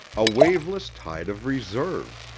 a waveless tide of reserve.